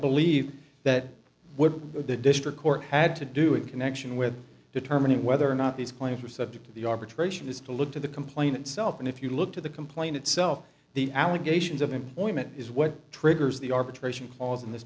believe that what the district court had to do in connection with determining whether or not these players were subject to the arbitration is to look to the complainant self and if you look to the complaint itself the allegations of employment is what triggers the arbitration clause in this